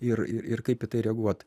ir ir kaip į tai reaguot